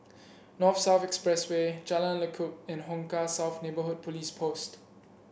North South Expressway Jalan Lekub and Hong Kah South Neighbourhood Police Post